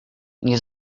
nie